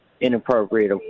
inappropriate